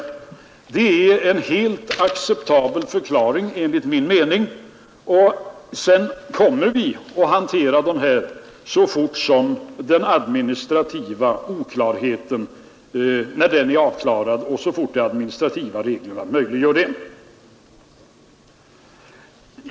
Enligt min mening är detta en helt acceptabel förklaring. Vi kommer att handlägga ansökningarna så fort denna oklarhet är undanröjd och så fort de administrativa reglerna möjliggör det.